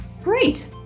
Great